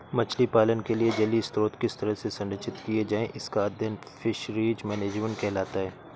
मछली पालन के लिए जलीय स्रोत किस तरह से संरक्षित किए जाएं इसका अध्ययन फिशरीज मैनेजमेंट कहलाता है